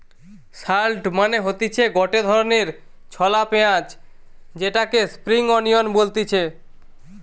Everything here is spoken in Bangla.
শালট মানে হতিছে গটে ধরণের ছলা পেঁয়াজ যেটাকে স্প্রিং আনিয়ান বলতিছে